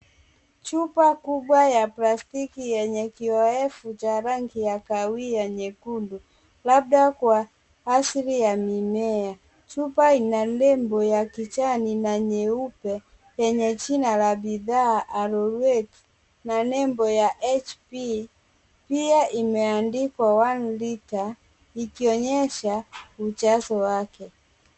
Chupa kubwa ya plastiki yenye kioevu cha rangi ya kahawia nyekundu labda kwa asili ya mimea. Chupa ina nembo ya kijani na nyeupe yenye jina la bidhaa arorwet na nembo ya HB . Pia imeandikwa one litre ikionyesha mjazo wake.